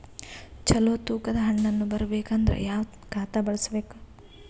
ಚಲೋ ತೂಕ ದ ಹಣ್ಣನ್ನು ಬರಬೇಕು ಅಂದರ ಯಾವ ಖಾತಾ ಬಳಸಬೇಕು?